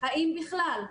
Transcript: האם בכלל,